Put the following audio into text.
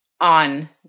on